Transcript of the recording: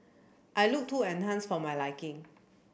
I looked too enhanced for my liking